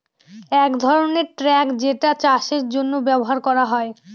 এক ধরনের ট্রাক যেটা চাষের জন্য ব্যবহার করা হয়